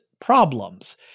problems